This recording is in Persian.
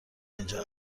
اینجا